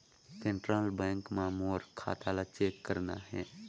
Central bank मां मोर खाता ला चेक करना हे?